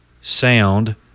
sound